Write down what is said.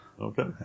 Okay